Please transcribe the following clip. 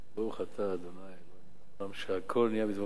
ברוך אתה ה' אלוהינו מלך העולם שהכול נהיה בדברו.